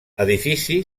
edifici